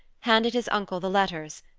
handed his uncle the letters,